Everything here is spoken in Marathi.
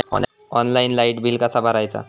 ऑनलाइन लाईट बिल कसा भरायचा?